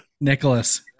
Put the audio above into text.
Nicholas